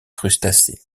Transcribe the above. crustacés